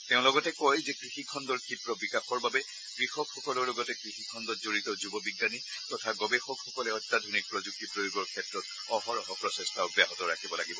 তেওঁ লগতে কয় য়ে কৃষিখণ্ডৰ ক্ষিপ্ৰ বিকাশৰ বাবে কৃষকসকলৰ লগতে কৃষিখণ্ডত জড়িত যুৱবিজ্ঞানী তথা গৱেষকসকলে অত্যাধুনিক প্ৰযুক্তি প্ৰয়োগৰ ক্ষেত্ৰত অহৰহ প্ৰচেষ্টা অব্যাহত ৰাখিব লাগিব